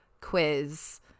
quiz